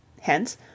hence